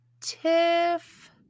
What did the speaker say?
Tiff